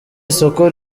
isoko